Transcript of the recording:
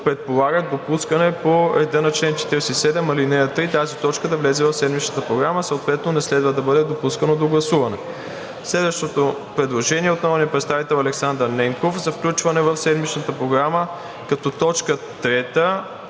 предполагат допускане по реда на чл. 47, ал. 3 тази точка да влезе в седмичната Програма, съответно не следва да бъде допускано до гласуване. Следващото предложение е от народния представител Александър Ненков за включване в седмичната Програма като точка трета